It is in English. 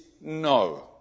no